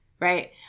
right